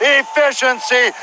efficiency